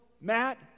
Matt